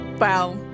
Wow